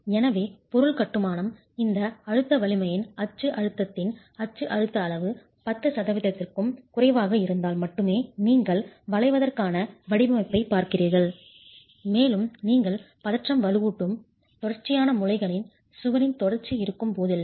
எனவே பொருள் கட்டுமானம் இந்த அழுத்த வலிமையின் அச்சு அழுத்தத்தின் அச்சு அழுத்த அளவு 10 சதவீதத்திற்கும் குறைவாக இருந்தால் மட்டுமே நீங்கள் வளைவதற்கான வடிவமைப்பைப் பார்க்கிறீர்கள் மேலும் நீங்கள் பதற்றம் வலுவூட்டும் தொடர்ச்சியான முனைகளில் சுவரின் தொடர்ச்சி இருக்கும் போதெல்லாம்